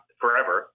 forever